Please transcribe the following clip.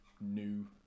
new